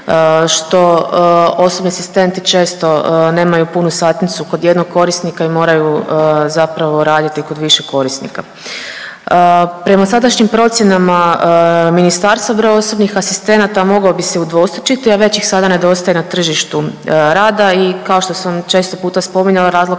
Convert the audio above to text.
što osobni asistenti često nemaju punu satnicu kod jednog korisnika i moraju zapravo raditi kod više korisnika. Prema sadašnjim procjenama ministarstva broj osobnih asistenata mogao bi se udvostručiti, a već ih sada nedostaje na tržištu rada i kao što sam često puta spominjala razlog